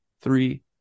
three